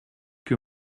que